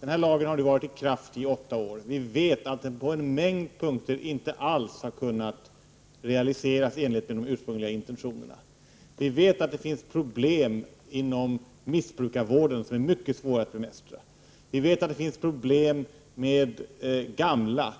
Denna lag har nu varit i kraft under åtta år. tidäroll Vi vet att den på en mängd punkter inte alls har kunnat tillämpas i realiteten enligt de ursprungliga intentionerna. Vi vet att det finns problem som är mycket svåra att bemästra inom missbrukarvården och inom äldrevården.